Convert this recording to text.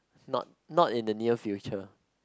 not not in the near future